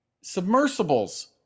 Submersibles